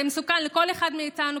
זה מסוכן לכל אחד מאיתנו,